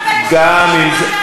גם אם זה,